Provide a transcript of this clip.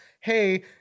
Hey